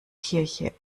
kirche